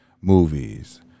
movies